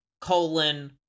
colon